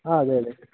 ആ അതെയതെ